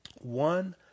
One